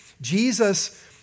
Jesus